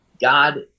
God